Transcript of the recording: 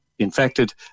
Infected